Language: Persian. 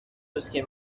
روزکه